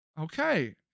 Okay